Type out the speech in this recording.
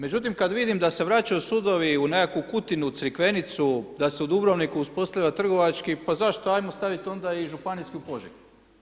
Međutim, kada vidim da se vraćaju sudovi u nekakvu Kutinu, Crikvenicu, da se u Dubrovniku uspostavlja trgovački, pa zašto ajmo staviti onda i županijski u Požegi.